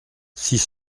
six